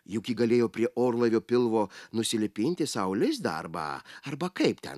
juk ji galėjo prie orlaivio pilvo nusilipinti sau lizdą arba arba kaip ten